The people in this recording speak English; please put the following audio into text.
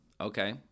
Okay